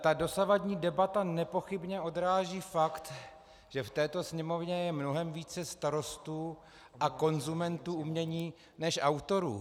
Ta dosavadní debata nepochybně odráží fakt, že v této Sněmovně je mnohem více starostů a konzumentů umění než autorů.